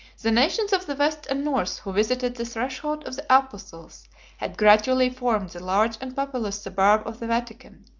the nations of the west and north who visited the threshold of the apostles had gradually formed the large and populous suburb of the vatican,